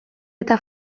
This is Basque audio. eta